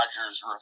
Rodgers